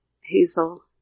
Hazel